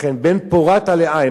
לכן, בן פורת עלי עין.